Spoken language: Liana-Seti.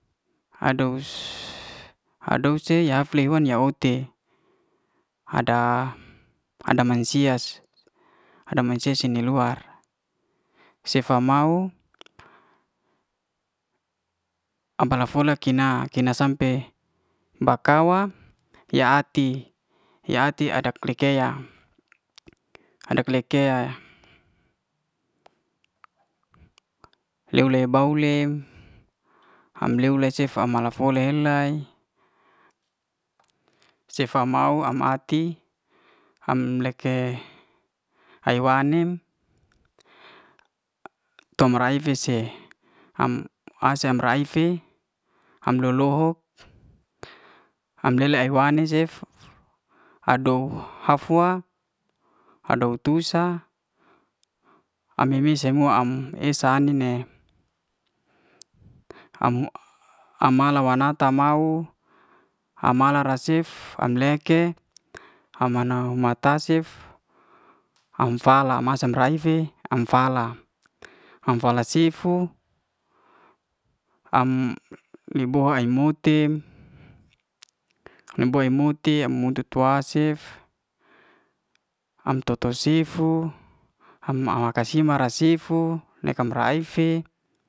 Hado'us hado'us se yaf le ya wan ya ou te, ada, ada mancia ada mancia si ni luar sefa mau aba la fole kina, kena sampe bakawa ya'ati. ya'ati adat le kea. adat le kea leu le bau le am bleu sefa ama mala fole lelai sefa mau am'ati, amleke ai wan nem tom ray fis ye am asa rai fe am lo lo ho am lele ahu'ane cef adouw hafua, hadouw tusa am mimi semua am esa ai'nin ne am am mala wa nata mau amala'la racef, am leke, ama na mata cef am fala masam raifi am fala. am fala cifu am li bo ai'motim am li bo ai'motim modi toa'sif, am to to sifu am ma kasima ra sifu nekan raife.